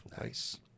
Nice